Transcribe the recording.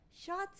Shots